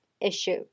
issue